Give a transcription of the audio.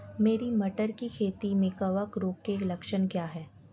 मेरी मटर की खेती में कवक रोग के लक्षण क्या हैं?